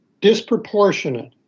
disproportionate